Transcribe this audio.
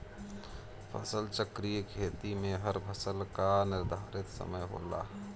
फसल चक्रीय खेती में हर फसल कअ निर्धारित समय होला